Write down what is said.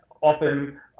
often